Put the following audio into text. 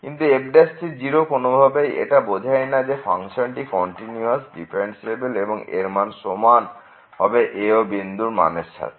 কিন্তু fc0 কোনোভাবেই এটা বোঝা যায় না যে ফাংশনটি কন্টিনিউয়াস ডিফারেন্সিএবেল এবং এর মান সমান হবে a ও b বিন্দুর মানের সাথে